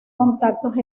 contactos